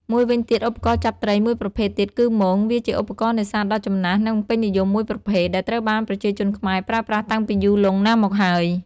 មួយវិញទៀតឧបករណ៍ចាប់ត្រីមួយប្រភេទទៀតគឺមង វាជាឧបករណ៍នេសាទដ៏ចំណាស់និងពេញនិយមមួយប្រភេទ ដែលត្រូវបានប្រជាជនខ្មែរប្រើប្រាស់តាំងពីយូរលង់ណាស់មកហើយ។